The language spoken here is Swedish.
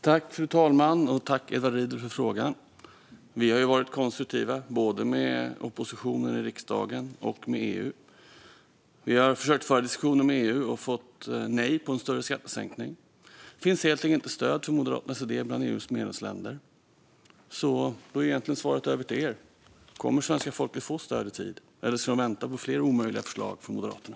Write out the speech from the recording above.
Fru talman! Tack, Edward Riedl, för frågan! Vi har varit konstruktiva både med oppositionen i riksdagen och med EU. Vi har försökt föra diskussioner med EU och fått nej på en större skattesänkning. Det finns helt enkelt inte stöd för Moderaternas idé bland EU:s medlemsländer. Då går egentligen svaret på frågan över till er. Kommer svenska folket att få stöd i tid, eller ska det vänta på fler omöjliga förslag från Moderaterna?